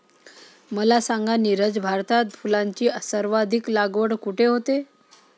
मला सांगा नीरज, भारतात फुलांची सर्वाधिक लागवड कुठे होते?